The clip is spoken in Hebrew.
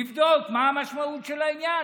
לבדוק מה המשמעות של העניין,